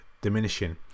diminishing